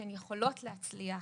שהן יכולות להצליח.